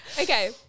Okay